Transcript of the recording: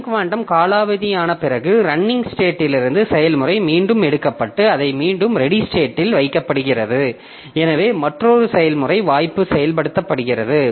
time quantum காலாவதியான பிறகு running ஸ்டேட்டிலிருந்து செயல்முறை மீண்டும் எடுக்கப்பட்டு அதை மீண்டும் ரெடி ஸ்டேட்டில் வைக்கப்படுகிறது எனவே மற்றொரு செயல்முறைக்கு வாய்ப்பு செயல்படுத்தப்படுகிறது